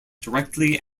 directly